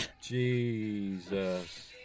Jesus